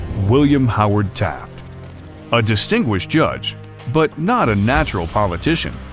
william howard taft a distinguished judge but not a natural politician,